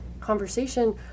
conversation